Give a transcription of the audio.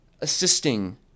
assisting